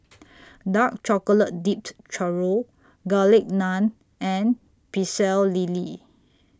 Dark Chocolate Dipped Churro Garlic Naan and Pecel Lele